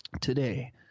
today